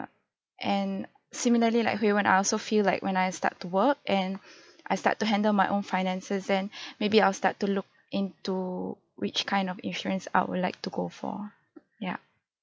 and similarly like hui wen I also feel like when I start to work and I start to handle my own finances then maybe I'll start to look into which kind of insurance I would like to go for ya